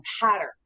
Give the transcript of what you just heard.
pattern